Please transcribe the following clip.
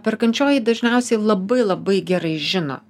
perkančioji dažniausiai labai labai gerai žino